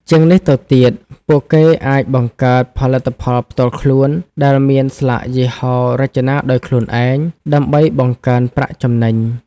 ជាងនេះទៅទៀត ពួកគេអាចបង្កើតផលិតផលផ្ទាល់ខ្លួន ដែលមានស្លាកយីហោរចនាដោយខ្លួនឯងដើម្បីបង្កើនប្រាក់ចំណេញ។